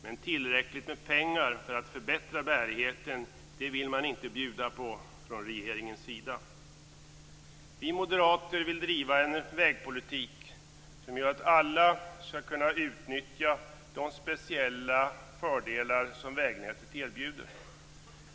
Men tillräckligt med pengar för att förbättra bärigheten vill man inte bjuda på från regeringens sida. Vi moderater vill driva en vägpolitik som gör att alla skall kunna utnyttja de speciella fördelar som vägnätet erbjuder.